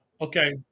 Okay